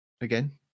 Again